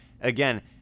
again